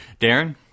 Darren